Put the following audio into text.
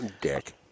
Dick